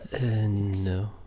No